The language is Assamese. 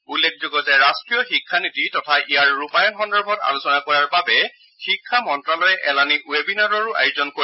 উল্লেখযোগ্য যে ৰাট্টীয় শিক্ষা নীতি তথা ইয়াৰ ৰূপায়ণ সন্দৰ্ভত আলোচনা কৰাৰ বাবে শিক্ষা মন্ত্যালয়ে এলানি বেবিনাৰৰো আয়োজন কৰিব